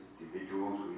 individuals